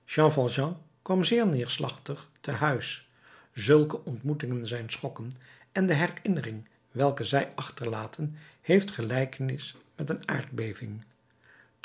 kwam zeer neerslachtig te huis zulke ontmoetingen zijn schokken en de herinnering welke zij achterlaten heeft gelijkenis met een aardbeving